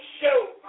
show